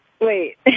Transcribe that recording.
wait